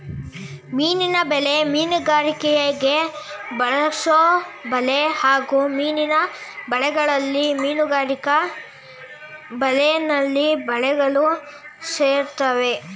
ಮೀನಿನ ಬಲೆ ಮೀನುಗಾರಿಕೆಗೆ ಬಳಸೊಬಲೆ ಹಾಗೂ ಮೀನಿನ ಬಲೆಗಳಲ್ಲಿ ಮೀನುಗಾರಿಕಾ ಬಲೆ ನಳ್ಳಿ ಬಲೆಗಳು ಸೇರ್ತವೆ